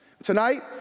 Tonight